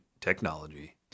technology